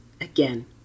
again